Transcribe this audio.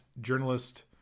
journalist